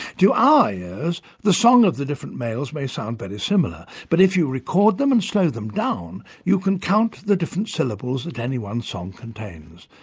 to our ears, the song of the different males may sound very similar. but if you record them and slow them down, you can count the different syllables that any one song contains.